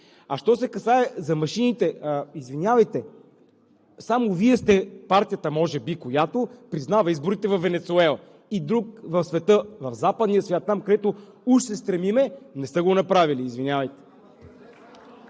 Що се касае за машините, извинявайте, само Вие сте партията може би, която признава изборите във Венецуела, и други в западния свят – там накъдето уж се стремим, не са го направили. Извинявайте!